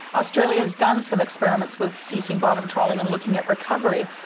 australia has done some experiments with ceasing bottom trawling and looking at recovery.